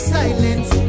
silence